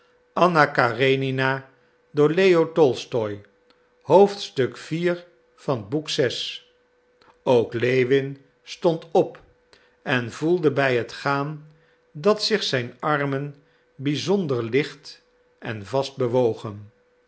iv ook lewin stond op en voelde bij het gaan dat zich zijn armen bizonder licht en vast bewogen